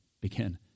begin